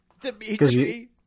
Dimitri